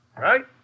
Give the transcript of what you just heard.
right